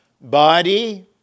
Body